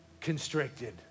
constricted